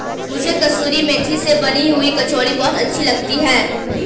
मुझे कसूरी मेथी से बनी हुई कचौड़ी बहुत अच्छी लगती है